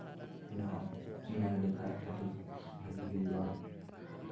ᱱᱟᱦᱟᱜ ᱢᱮᱱ ᱞᱮᱠᱷᱟᱱ ᱟᱹᱰᱤ ᱵᱷᱟᱹᱜᱤ ᱦᱩᱭᱩᱜᱼᱟ